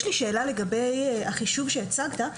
יש לי שאלה לגבי החישוב שהצגת.